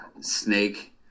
Snake